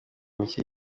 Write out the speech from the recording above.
mike